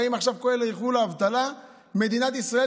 הרי אם עכשיו כל אלה ילכו לאבטלה מדינת ישראל